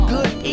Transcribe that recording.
Good